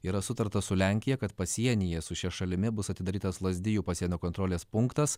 yra sutarta su lenkija kad pasienyje su šia šalimi bus atidarytas lazdijų pasienio kontrolės punktas